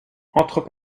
entre